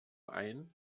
ein